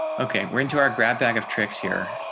okay, we're into our grab bag of tricks here.